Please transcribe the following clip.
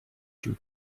two